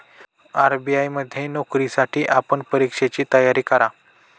RBI मध्ये नोकरीसाठी आपण परीक्षेची तयारी करा